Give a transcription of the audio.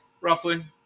Roughly